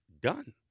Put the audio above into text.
Done